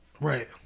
Right